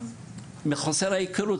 מחוסר ההיכרות.